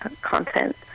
content